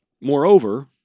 Moreover